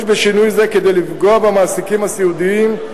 יש בשינוי זה כדי לפגוע במעסיקים הסיעודיים,